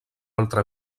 altra